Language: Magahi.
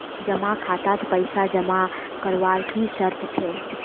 जमा खातात पैसा जमा करवार की शर्त छे?